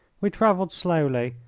we travelled slowly,